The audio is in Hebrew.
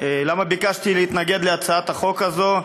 למה ביקשתי להתנגד להצעת החוק הזאת?